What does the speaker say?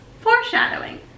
foreshadowing